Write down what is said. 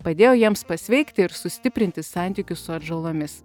padėjo jiems pasveikti ir sustiprinti santykius su atžalomis